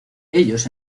ellos